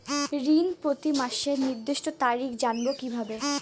ঋণ প্রতিমাসের নির্দিষ্ট তারিখ জানবো কিভাবে?